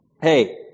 hey